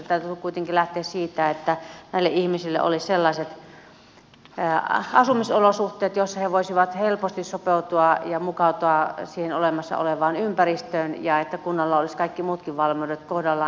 täytyy kuitenkin lähteä siitä että näille ihmisille olisi sellaiset asumisolosuhteet joissa he voisivat helposti sopeutua ja mukautua siihen olemassa olevaan ympäristöön ja että kunnalla olisi kaikki muutkin valmiudet kohdallaan